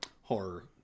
Horror